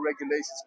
regulations